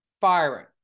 Firing